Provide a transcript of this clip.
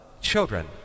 children